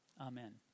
Amen